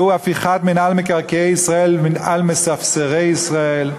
והוא הפיכת מינהל מקרקעי ישראל למינהל מספסרי ישראל.